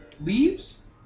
Leaves